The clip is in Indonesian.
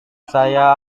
saya